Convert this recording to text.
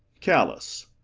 callous,